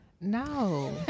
No